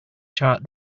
chart